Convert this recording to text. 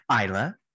Isla